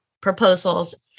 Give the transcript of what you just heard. proposals